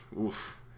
oof